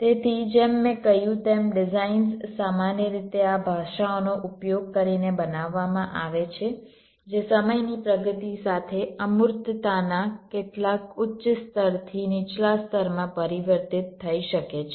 તેથી જેમ મેં કહ્યું તેમ ડિઝાઇન્સ સામાન્ય રીતે આ ભાષાઓનો ઉપયોગ કરીને બનાવવામાં આવે છે જે સમયની પ્રગતિ સાથે અમૂર્તતાના કેટલાક ઉચ્ચ સ્તરથી નીચલા સ્તરમાં પરિવર્તિત થઈ શકે છે